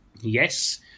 Yes